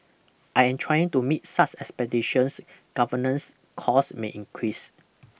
I in trying to meet such expectations governance cost may increase